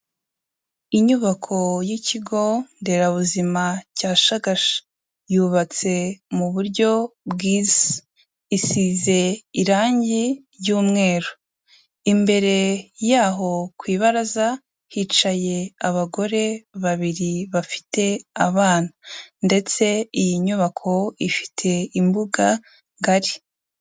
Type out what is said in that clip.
Inyubako y'Ikigo Nderabuzima cya Shagasha. Yubatse mu buryo bwiza. Isize irangi ry'umweru. Imbere yaho ku ibaraza hicaye abagore babiri bafite abana. Ndetse iyi nyubako ifite imbuga ngari.